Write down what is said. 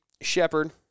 Shepard